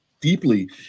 deeply